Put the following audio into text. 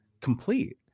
complete